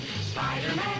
Spider-Man